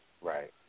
Right